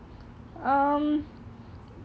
um